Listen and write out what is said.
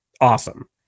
awesome